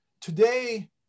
Today